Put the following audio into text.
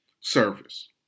service